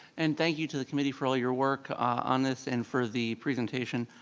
and thank you to the committee for all your work on this and for the presentation.